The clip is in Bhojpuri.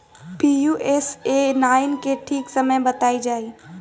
पी.यू.एस.ए नाइन के ठीक समय बताई जाई?